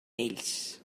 vells